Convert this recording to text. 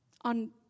On